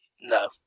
no